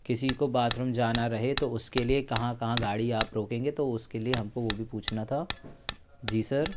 किसी को बाथरूम जाना रहे तो उसके लिए कहाँ कहाँ गाड़ी आप रोकेंगे तो उसके लिए हम को वो भी पूछना था जी सर